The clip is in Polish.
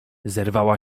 zerwała